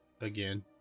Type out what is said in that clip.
Again